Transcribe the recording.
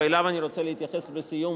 ואליו אני רוצה להתייחס בסיום,